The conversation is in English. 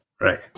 Right